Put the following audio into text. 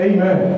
Amen